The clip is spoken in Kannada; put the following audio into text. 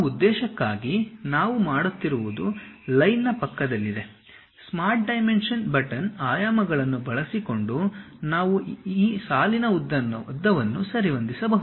ಆ ಉದ್ದೇಶಕ್ಕಾಗಿ ನಾವು ಮಾಡುತ್ತಿರುವುದು ಲೈನ್ನ ಪಕ್ಕದಲ್ಲಿದೆ ಸ್ಮಾರ್ಟ್ ಡೈಮೆನ್ಷನ್ ಬಟನ್ ಆಯಾಮಗಳನ್ನು ಬಳಸಿಕೊಂಡು ನಾವು ಆ ಸಾಲಿನ ಉದ್ದವನ್ನು ಸರಿಹೊಂದಿಸಬಹುದು